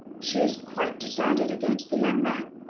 she is quite decided against the young man?